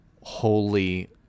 holy